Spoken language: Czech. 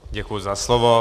Děkuji za slovo.